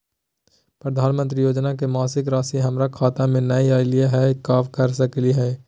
प्रधानमंत्री योजना के मासिक रासि हमरा खाता में नई आइलई हई, का कर सकली हई?